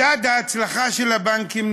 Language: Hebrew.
מדד ההצלחה של הבנקים,